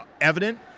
evident